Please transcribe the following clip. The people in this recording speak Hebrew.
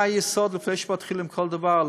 זה היסוד לפני שמתחילים כל דבר,